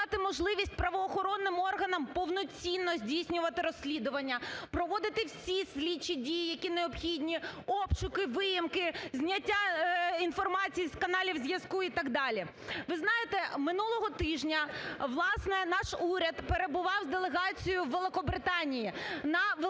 надати можливість правоохоронним органам повноцінно здійснювати розслідування, проводити всі слідчі дії, які необхідні: обшуки, виїмки, зняття інформації з каналів зв'язку і так далі. Ви знаєте, минулого тижня, власне, наш уряд перебував з делегацією у Великобританії на великій